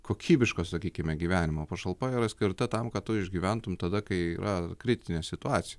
kokybiško sakykime gyvenimo pašalpa yra skirta tam kad išgyventum tada kai yra kritinė situacija